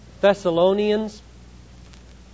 Thessalonians